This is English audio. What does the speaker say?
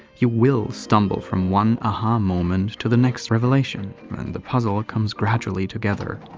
you will stumble from one a-ha um moment to the next revelation when the puzzle comes gradually together.